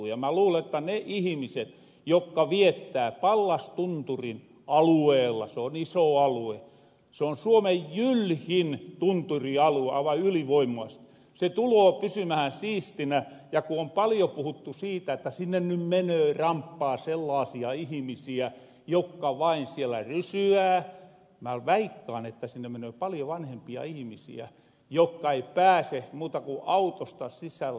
mä luulen notta ne ihmiset jokka viettää pallastunturin alueella se on iso alue se on suomen jylhin tunturialue aivan ylivoimaasest se tuloo pysymähän siistinä ja ku on paljo puhuttu siitä että sinne nyt menöö ramppaa sellaasia ihmisiä jokka vain siellä rysyää mä veikkaan että sinne menöö paljon vanhempia ihmisiä jokka ei pääse muuta kun autosta sisälle